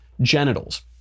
genitals